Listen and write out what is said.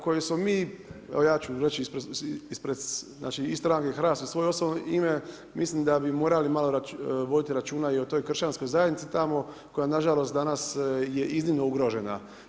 Koji smo mi, evo ja ću reći ispred znači i stranke HRAST i u svoje osobno ime, mislim da bi morali malo voditi računa i o toj kršćanskoj zajednici tamo koja nažalost danas je iznimno ugrožena.